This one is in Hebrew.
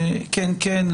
אם כן, כן.